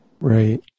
Right